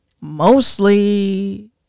Mostly